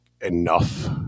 enough